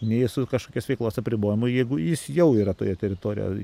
nei su kažkokios veiklos apribojimu jeigu jis jau yra toje teritorijoj